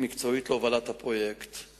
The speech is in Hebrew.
כש"אור ירוק" התחילו את הפרויקט הזה.